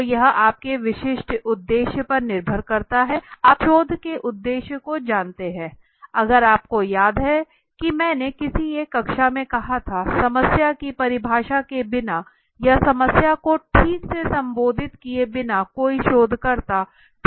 तो यह आपके विशिष्ट उद्देश्य पर निर्भर करता है आप शोध के उद्देश्य को जानते हैं अगर आपको याद है कि मैंने किसी एक कक्षा में कहा है समस्या की परिभाषा के बिना या समस्या को ठीक से संबोधित किए बिना कोई शोधकर्ता ठीक से शोध नहीं कर सकता